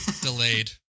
Delayed